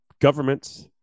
governments